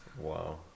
wow